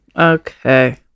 Okay